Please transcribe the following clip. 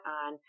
on